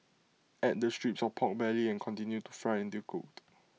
add the strips of Pork Belly and continue to fry until cooked